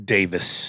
Davis